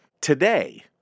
Today